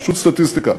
פשוט סטטיסטיקה,